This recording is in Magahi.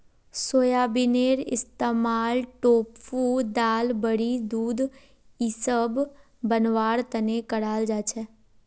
सोयाबीनेर इस्तमाल टोफू दाल बड़ी दूध इसब बनव्वार तने कराल जा छेक